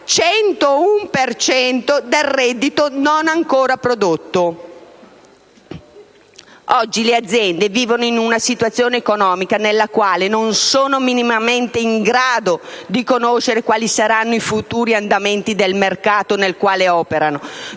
cento del reddito non ancora prodotto! Oggi le aziende vivono una situazione economica nella quale non sono minimamente in grado di conoscere quali saranno i futuri andamenti del mercato nel quale operano,